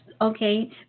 Okay